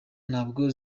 ntabwo